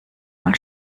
mal